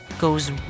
goes